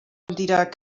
dirac